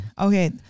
okay